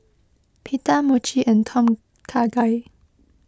Pita Mochi and Tom Kha Gai